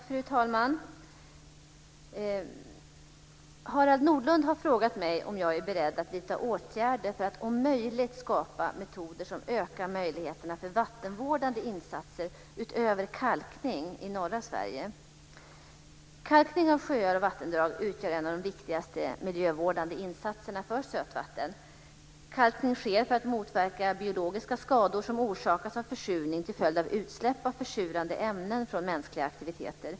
Fru talman! Harald Nordlund har frågat mig om jag är beredd att vidta åtgärder för att om möjligt skapa metoder som ökar möjligheterna för vattenvårdande insatser utöver kalkning i norra Sverige. Kalkning av sjöar och vattendrag utgör en av de viktigaste miljövårdande insatserna för sötvatten. Kalkning sker för att motverka biologiska skador som orsakas av försurning till följd av utsläpp av försurande ämnen från mänskliga aktiviteter.